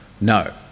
no